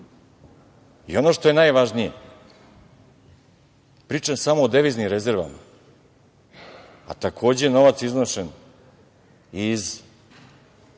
ono što je najvažnije, pričam samo o deviznim rezervama, novac je takođe iznošen iz